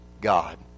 God